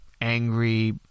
angry